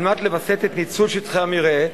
על מנת לווסת את ניצול את שטחי המרעה,